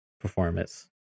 performance